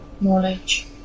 knowledge